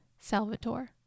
Salvatore